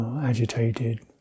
agitated